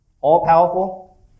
all-powerful